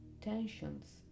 tensions